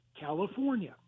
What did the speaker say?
California